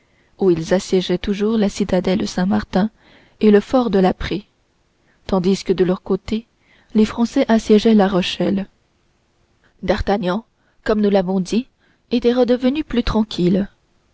où ils assiégeaient toujours la citadelle saint-martin et le fort de la prée tandis que de leur côté les français assiégeaient la rochelle d'artagnan comme nous l'avons dit était redevenu plus tranquille